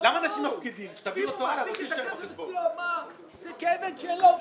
אם הוא יישאר אצלו זה כאבן שאין לה הופכין.